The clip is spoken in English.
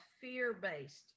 fear-based